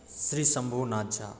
Shri Shambhu Nath Jha